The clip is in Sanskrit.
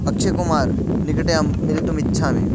अक्षय् कुमार् निकटे अहं मिलितुं इच्छामि